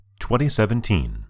2017